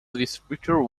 distributor